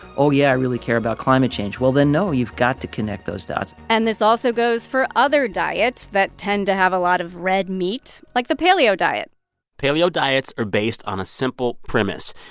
oh, yeah. i really care about climate change. well, then, no. you've got to connect those dots and this also goes for other diets that tend to have a lot of red meat, like the paleo diet paleo diets are based on a simple premise.